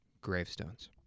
Gravestones